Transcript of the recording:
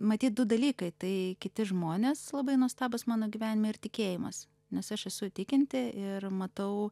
matyt du dalykai tai kiti žmonės labai nuostabūs mano gyvenime ir tikėjimas nes aš esu tikinti ir matau